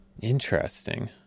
Interesting